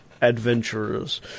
adventurers